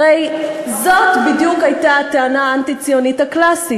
הרי זאת בדיוק הייתה הטענה האנטי-ציונית הקלאסית.